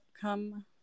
come